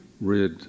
read